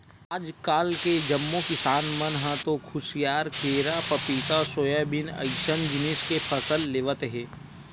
आजकाल के जम्मो किसान मन ह तो खुसियार, केरा, पपिता, सोयाबीन अइसन जिनिस के फसल लेवत हे